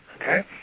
okay